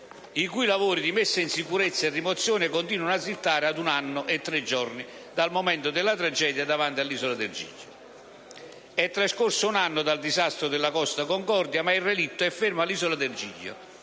i cui lavori di messa in sicurezza e rimozione continuano a slittare ad un anno e tre giorni dal momento della tragedia davanti all'Isola del Giglio. È trascorso un anno dal disastro della Costa Concordia, ma il relitto è fermo all'Isola del Giglio